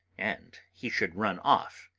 and he should run off.